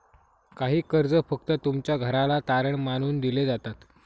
काही कर्ज फक्त तुमच्या घराला तारण मानून दिले जातात